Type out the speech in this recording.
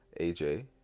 AJ